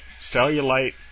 Cellulite